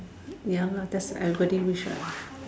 ya lah that's everybody wish [what]